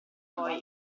poi